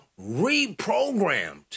reprogrammed